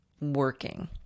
working